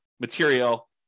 material